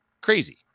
Crazy